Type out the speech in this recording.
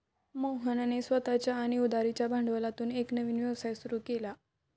मोहनने स्वतःच्या आणि उधारीच्या भांडवलातून एक नवीन व्यवसाय सुरू केला